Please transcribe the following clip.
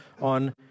on